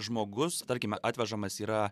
žmogus tarkime atvežamas yra